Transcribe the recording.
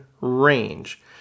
range